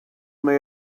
may